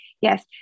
yes